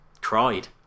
cried